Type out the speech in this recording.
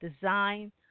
design